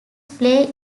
play